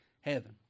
heaven